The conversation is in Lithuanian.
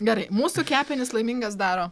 gerai mūsų kepenis laimingas daro